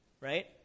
right